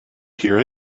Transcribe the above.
hear